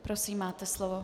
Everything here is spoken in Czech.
Prosím, máte slovo.